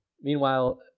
Meanwhile